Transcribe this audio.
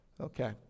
Okay